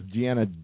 Gianna